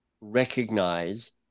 recognize